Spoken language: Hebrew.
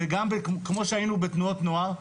וגם כמו שהיינו בתנועות נוער,